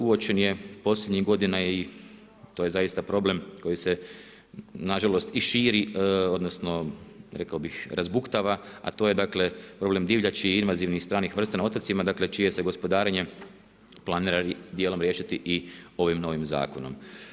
Uočen je posljednjih godina i to je zaista problem koji se nažalost i širi, odnosno rekao bih razbuktava a to je dakle problem divljači i invazivnih stranih vrsta na otocima dakle čije se gospodarenje planira dijelom riješiti i ovim novim zakonom.